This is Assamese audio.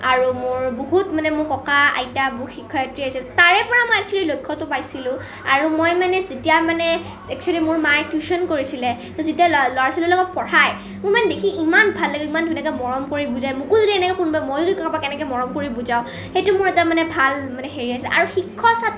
আৰু মোৰ বহুত মানে মোৰ ককা আইতা শিক্ষয়িত্ৰী আছিল তাৰে পৰা মই এক্সুৱেলি লক্ষ্যটো পাইছিলোঁ আৰু মই মানে যেতিয়া মানে এক্সুৱেলি মোৰ মাই টিউচন কৰিছিলে যেতিয়া ল'ৰা ছোৱালীবিলাকক পঢ়াই মোৰ মানে দেখি ইমান ভাল লাগিল ইমান ধুনীয়াকৈ মৰম কৰি বুজাই মোকো যদি এনেকৈ কোনোবাই ময়ো যদি এনেকুৱা মৰম কৰি বুজাওঁ সেইটো মোৰ এটা মানে ভাল মানে হেৰি আছিলে আৰু শিক্ষক ছাত্ৰ